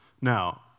Now